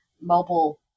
mobile